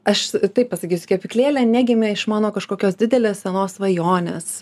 aš taip pasakysiu kepyklėlė negimė iš mano kažkokios didelės senos svajonės